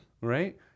Right